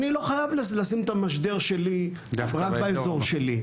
אני לא חייב לשים את המשדר שלי רק באזור שלי.